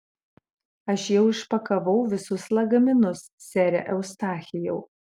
aš jau išpakavau visus lagaminus sere eustachijau